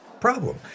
problem